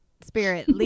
Spirit